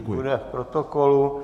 Bude v protokolu.